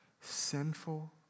Sinful